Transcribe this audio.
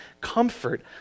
comfort